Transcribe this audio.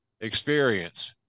experience